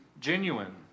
genuine